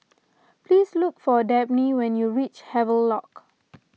please look for Dabney when you reach Havelock